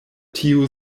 tiu